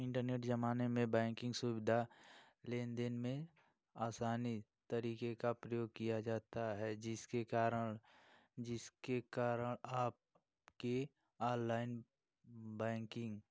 internet ज़माने में banking सुविधा लेनदेन में आसानी तरीके का प्रयोग किया जाता है जिसके कारण जिसके कारण आपके ऑललाइन बैंकिग